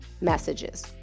messages